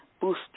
boost